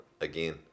Again